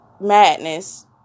madness